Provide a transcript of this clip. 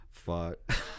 Fuck